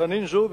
חנין זועבי,